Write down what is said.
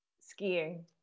skiing